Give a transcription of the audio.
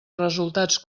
resultats